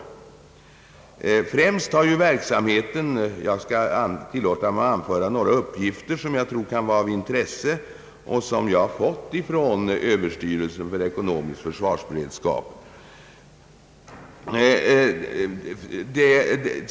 Jag skall tillåta mig anföra några uppgifter som jag tror vara av intresse och som jag fått av överstyrelsen för ekonomisk försvarsberedskap.